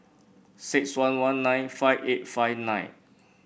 six one one nine five eight five nine